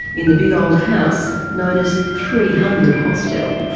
in the big old house known as three hundred hostel.